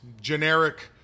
generic